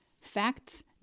Facts